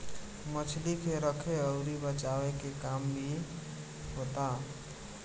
मछली के रखे अउर बचाए के काम भी होता